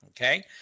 okay